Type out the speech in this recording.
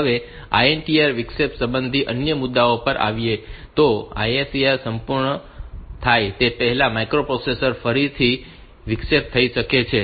હવે INTR વિક્ષેપ સંબંધિત અન્ય મુદ્દાઓ પર આવીએ તો ISR પૂર્ણ થાય તે પહેલાં માઇક્રોપ્રોસેસર ફરીથી વિક્ષેપિત થઈ શકે છે